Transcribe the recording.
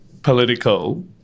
political